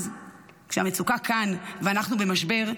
אז כשהמצוקה כאן ואנחנו במשבר,